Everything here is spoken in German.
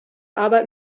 arbeit